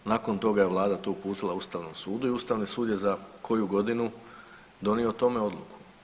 Nakon toga je Vlada to uputila Ustavnom sudu i Ustavni sud je za koju godinu donio o tome odluku.